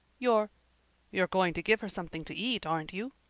you're you're going to give her something to eat, aren't you?